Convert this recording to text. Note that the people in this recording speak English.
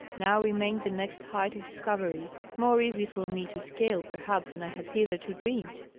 now remained the next height of discovery, more easy for me to scale, perhaps, than i had hitherto dreamed.